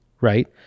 right